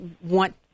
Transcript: want